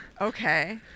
Okay